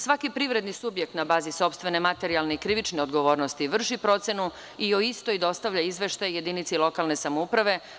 Svaki privredni subjekt na bazi sopstvene, materijalne i krivične odgovornosti vrši procenu i o istoj dostavlja izveštaj jedinici lokalne samouprave.